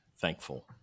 thankful